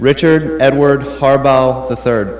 richard edward the third